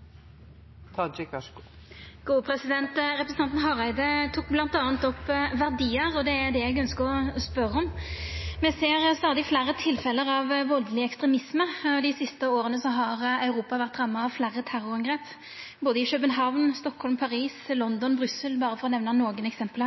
det eg ønskjer å spørja om. Me ser stadig fleire tilfelle av valdeleg ekstremisme, og dei siste åra har Europa vore ramma av fleire terrorangrep, både i København, Stockholm, Paris, London og Brussel, berre for å nemna nokre eksempel.